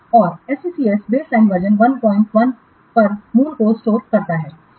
और SCCS baseline version 11 पर मूल को स्टोर करता है